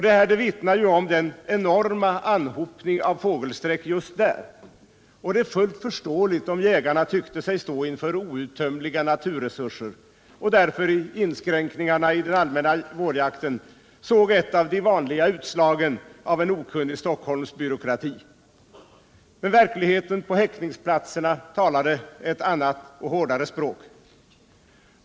Det här vittnar om den enorma anhopningen av fågelsträck just där, och det är fullt förståeligt om jägarna tyckte sig stå inför outtömliga naturresurser och att de därför i inskränkningarna i den allmänna vårjakten såg ett av de vanliga utslagen av en okunnig stockholmsk byråkrati. Men verkligheten på häckningsplatserna talade ett annat och hårdare språk.